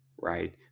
right